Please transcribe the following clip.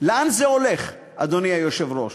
לאן זה הולך, אדוני היושב-ראש?